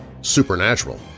supernatural